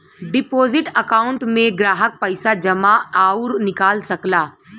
deposit account में ग्राहक पइसा जमा आउर निकाल सकला